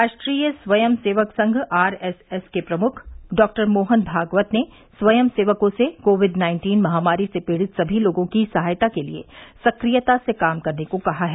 राष्ट्रीय Swayamsevak Sangh R S S के प्रमुख डॉक्टर मोहन भागवत ने स्वयंसेवकों से कोविड नाइन्टीन महामारी से पीड़ित समी लोगों की सहायता के लिए सक्रियता से काम करने को कहा है